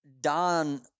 Don